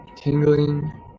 tingling